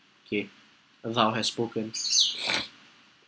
okay wuhao has spoken